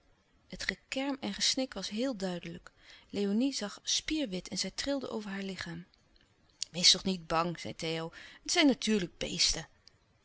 het gekerm en gesnik was heel duidelijk léonie zag spierwit en zij trilde over haar lichaam wees toch niet bang zei theo het zijn natuurlijk beesten